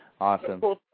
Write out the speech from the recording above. Awesome